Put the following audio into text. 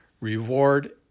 reward